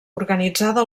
organitzada